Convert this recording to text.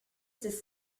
this